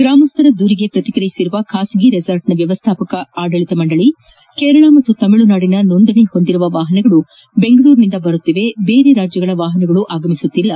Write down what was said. ಗ್ರಾಮಸ್ಥರ ದೂರಿಗೆ ಪ್ರತಿಕ್ರಿಯಿಸಿರುವ ಖಾಸಗಿ ರೆಸಾರ್ಟ್ನ ವ್ಯವಸ್ಥಾಪಕ ಆಡಳಿತ ಮಂಡಳಿ ಕೇರಳ ಮತ್ತು ತಮಿಳುನಾಡಿನ ನೋಂದಣಿ ಹೊಂದಿರುವ ವಾಹನಗಳು ದೆಂಗಳೂರಿನಿಂದ ಬರುತ್ತಿವೆ ದೇರೆ ರಾಜ್ಯಗಳ ವಾಹನಗಳು ಆಗಮಿಸುತ್ತಿಲ್ಲ